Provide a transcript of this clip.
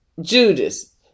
Judas